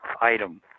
item